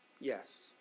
Yes